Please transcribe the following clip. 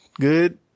good